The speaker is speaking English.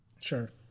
Sure